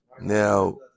Now